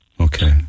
Okay